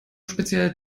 spezielle